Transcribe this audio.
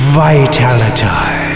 vitality